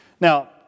Now